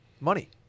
Money